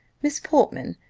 miss portman,